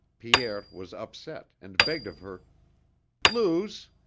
pierre was upset and begged of her luce.